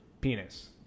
penis